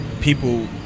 people